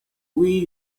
way